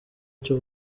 cyo